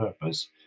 purpose